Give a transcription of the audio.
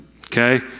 okay